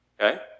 Okay